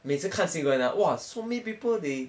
每次看新闻啊 !wah! so many people they